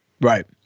right